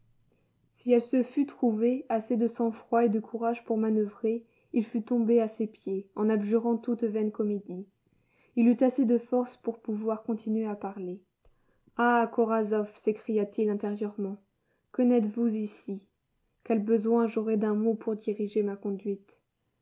si elle se fût trouvé assez de sang-froid et de courage pour manoeuvrer il fût tombé à ses pieds en abjurant toute vaine comédie il eut assez de force pour pouvoir continuer à parler ah korasoff s'écria-t-il intérieurement que n'êtes-vous ici quel besoin j'aurais d'un mot pour diriger ma conduite